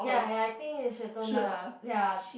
ya ya I think you should tone down ya